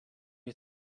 you